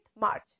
March